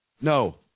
No